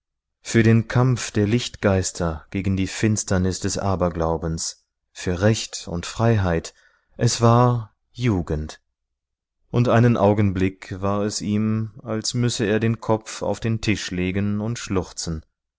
für den kampf der licht geister gegen die finsternis des aberglaubens für recht und freiheit es war jugend und einen augenblick war es ihm als müsse er den kopf auf den tisch legen und schluchzen